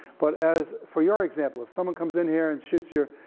but as, for your example, if someone comes in here and shoots your,